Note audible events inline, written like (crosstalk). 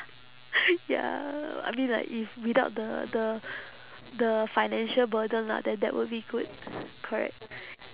(noise) ya I mean like if without the the the financial burden lah then that would be good correct